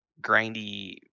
grindy